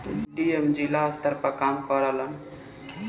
DM जिला स्तर पर काम करेलन